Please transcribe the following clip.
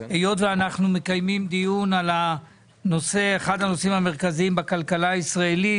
היות ואנחנו מקיימים דיון על אחד הנושא החשובים בכלכלה הישראלית,